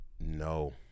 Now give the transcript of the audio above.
No